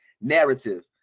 narrative